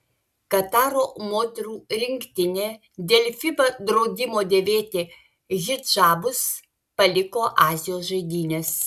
kataro moterų rinktinė dėl fiba draudimo dėvėti hidžabus paliko azijos žaidynes